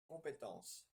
compétences